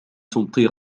تمطر